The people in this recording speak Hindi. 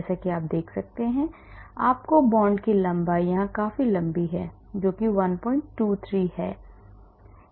जैसा कि आप देख सकते हैं कि आपको बांड की लंबाई यहां काफी लंबी 123 है